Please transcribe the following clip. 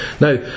Now